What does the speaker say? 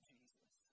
Jesus